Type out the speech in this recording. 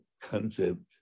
concept